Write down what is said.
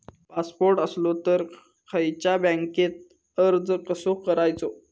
Passport असलो तर खयच्या बँकेत अर्ज कसो करायचो?